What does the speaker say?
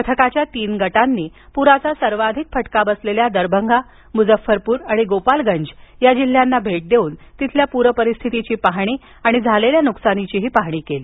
पथकाच्या तीन गटांनी पुराचा सर्वाधिक फटका बसलेल्या दरभंगा मुझफ्फरपूर आणि गोपालगंज या जिल्ह्यांना भेट देऊन तिथल्या पूर परिस्थितीची आणि झालेल्या नुकसानीची पाहणी केली